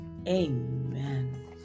Amen